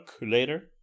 later